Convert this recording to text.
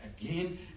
again